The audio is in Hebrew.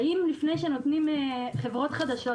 האם לפני שנותנים התרים לעוד חברות חדשות,